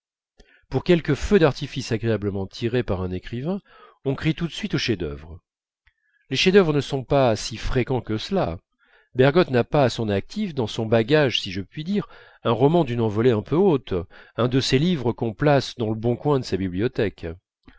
pour quelques feux d'artifice agréablement tirés par un écrivain on crie de suite au chef-d'œuvre les chefs-d'œuvre ne sont pas si fréquents que cela bergotte n'a pas à son actif dans son bagage si je puis dire un roman d'une envolée un peu haute un de ces livres qu'on place dans le bon coin de sa bibliothèque